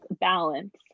balance